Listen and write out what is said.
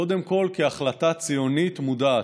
קודם כול כהחלטה ציונית מודעת,